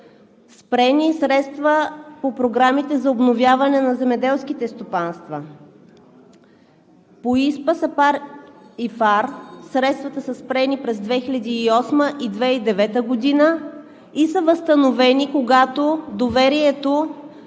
Спрени са средствата по програмите за обновяване на земеделските стопанства. По ИСПА, САПАРД и ФАР средствата са спрени през 2008 г. и 2009 г., а са възстановени, когато се